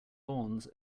lawns